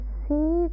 see